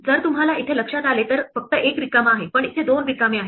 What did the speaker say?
जर तुम्हाला इथे लक्षात आले तर फक्त एक रिकामा आहे पण इथे दोन रिकामे आहेत